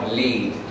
lead